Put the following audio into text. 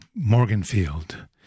Morganfield